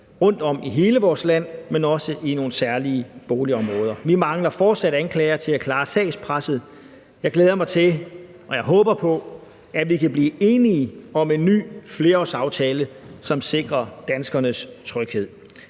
rundtomkring i hele vores land, men også i nogle særlige boligområder. Vi mangler fortsat anklagere til at klare sagspresset. Jeg glæder mig til, og jeg håber på, at vi kan blive enige om en ny flerårsaftale, som sikrer danskernes tryghed.